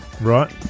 right